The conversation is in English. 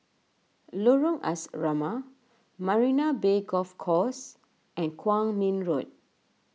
Lorong Asrama Marina Bay Golf Course and Kwong Min Road